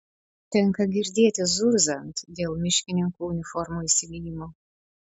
tenka girdėti zurzant dėl miškininkų uniformų įsigijimo